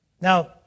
Now